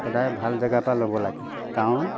সদায় ভাল জেগাৰপৰা ল'ব লাগে কাৰণ